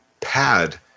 pad